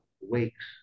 wakes